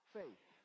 faith